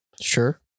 Sure